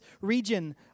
region